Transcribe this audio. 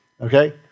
okay